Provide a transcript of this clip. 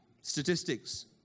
Statistics